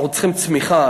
אנחנו צריכים צמיחה.